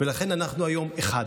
ולכן אנחנו היום אחד,